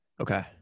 Okay